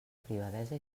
privadesa